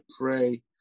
pray